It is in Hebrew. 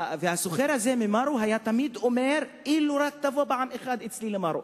והסוחר הזה ממרו היה תמיד אומר: אם רק תבוא פעם אחת אלי למרו,